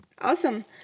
Awesome